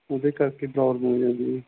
ਉਹਦੇ ਕਰਕੇ ਪ੍ਰੋਬਲਮ ਹੋ ਜਾਂਦੀ